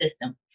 system